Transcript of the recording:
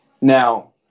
Now